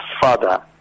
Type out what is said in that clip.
Father